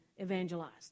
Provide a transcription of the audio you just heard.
evangelized